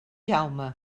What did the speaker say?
jaume